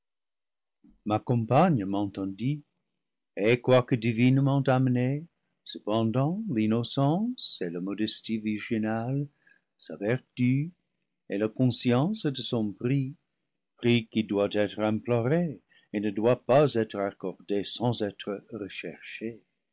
ma compagne m'entendit et quoique divinement amenée cependant l'innocence et la modestie virginale sa vertu et la conscience de son prix prix qui doit être imploré et ne doit pas être accordé sans être recherché